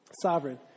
sovereign